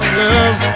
love